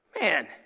man